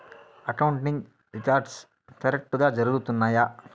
accounting records కరెక్టుగా జరుగుతున్నాయా